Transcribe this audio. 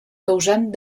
causant